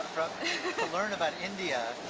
learn about india